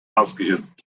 ausgeübt